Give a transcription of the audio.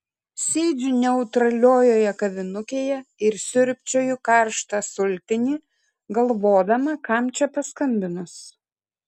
sėdžiu neutraliojoje kavinukėje ir siurbčioju karštą sultinį galvodama kam čia paskambinus